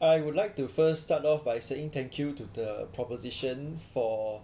I would like to first start off by saying thank you to the proposition for